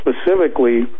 specifically